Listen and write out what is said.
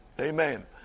Amen